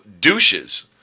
douches